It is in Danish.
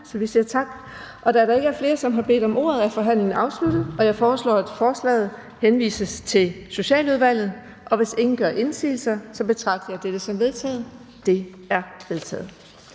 så vi siger tak. Da der ikke er flere, som har bedt om ordet, er forhandlingen afsluttet. Jeg foreslår, at lovforslaget henvises til Socialudvalget. Hvis ingen gør indsigelse, betragter jeg dette som vedtaget. Det er vedtaget.